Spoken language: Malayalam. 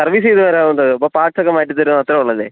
സർവീസ് ചെയ്ത് തരാറുണ്ട് അപ്പോൾ പാർട്സൊക്കെ മാറ്റി തരും അത്രേയുള്ളല്ലേ